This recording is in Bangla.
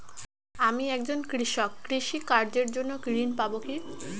আমি একজন কৃষক কৃষি কার্যের জন্য ঋণ পাব কি?